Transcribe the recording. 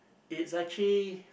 it's actually